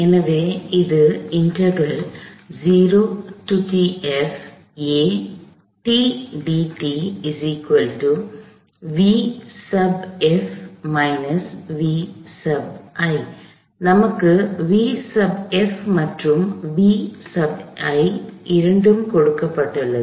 எனவே இது நமக்கு vf மற்றும் vi இரண்டும் கொடுக்கப்பட்டுள்ளது